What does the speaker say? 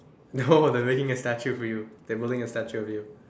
no they're making a statue for you they making a statue of you